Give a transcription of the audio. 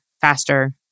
faster